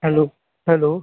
hello hello